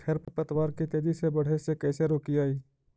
खर पतवार के तेजी से बढ़े से कैसे रोकिअइ?